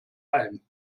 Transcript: ein